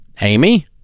Amy